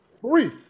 Three